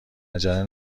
عجله